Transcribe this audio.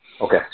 Okay